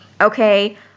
okay